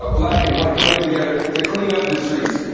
ah black and white coming together to clean up the streets.